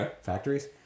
factories